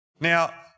Now